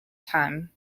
time